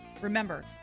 remember